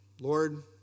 Lord